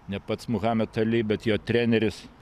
ne pats mohamet ali bet jo treneris